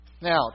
Now